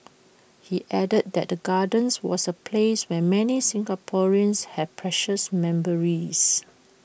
he added that the gardens was A place where many Singaporeans have precious memories